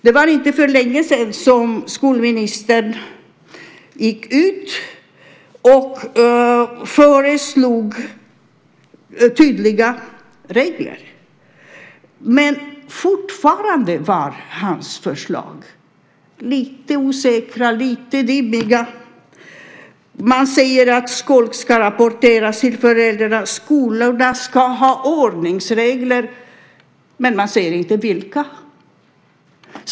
Det var inte länge sedan som skolministern gick ut och föreslog tydliga regler. Men fortfarande var hans förslag lite osäkra, lite dimmiga. Man säger att skolk ska rapporteras till föräldrarna. Man säger att skolorna ska ha ordningsregler, men man säger inte vilka.